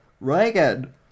Reagan